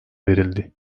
verildi